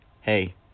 Hey